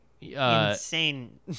insane